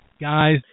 Guys